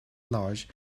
large